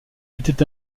était